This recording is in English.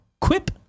Quip